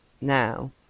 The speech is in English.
now